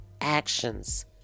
actions